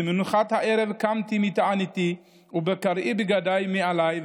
ובמנחת הערב קמתי מתעניתי ובקרעי בגדי ומעילי,